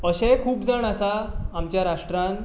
अशेंय खूब जाण आसात आमच्या राष्ट्रांत